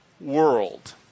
world